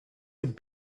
had